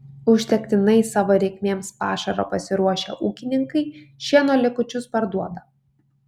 užtektinai savo reikmėms pašaro pasiruošę ūkininkai šieno likučius parduoda